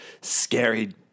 scary